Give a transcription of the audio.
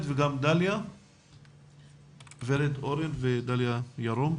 ורד אורן ודליה ירום?